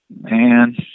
man